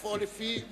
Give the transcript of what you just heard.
אדוני היושב-ראש,